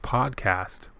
Podcast